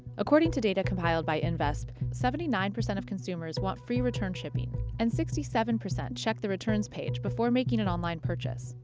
according to data compiled by invesp, seventy nine percent of consumers want free return shipping and sixty seven percent check the returns page before making an online purchase.